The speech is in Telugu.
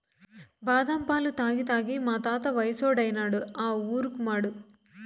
బాదం పాలు తాగి తాగి మా తాత వయసోడైనాడు ఆ ఊరుకుమాడు